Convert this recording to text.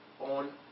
on